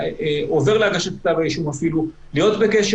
עובר להגשת כתב האישום אפילו להיות בקשר